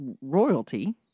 royalty